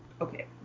okay